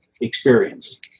experience